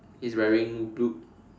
he's wearing blue